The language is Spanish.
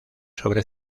sobre